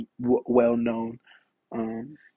well-known